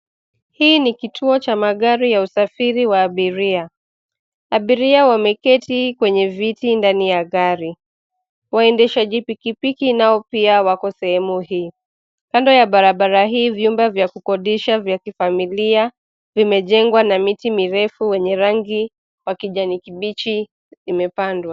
Hii ni kituo cha magari ya usafiri wa abiria, abiria wameketi kwenye viti ndani ya gari, waendeshaji pikipiki nao pia wako sehemu hii, kando ya barabara hii vyumba vya kukodisha vya kifamilia, vimejengwa na miti mirefu wenye rangi, wa kijani kibichi, imepandwa.